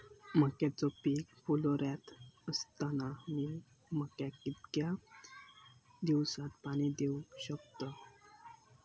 मक्याचो पीक फुलोऱ्यात असताना मी मक्याक कितक्या दिवसात पाणी देऊक शकताव?